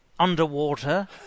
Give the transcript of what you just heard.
underwater